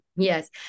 Yes